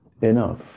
enough